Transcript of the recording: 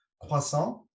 croissant